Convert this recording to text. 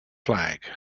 flag